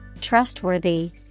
trustworthy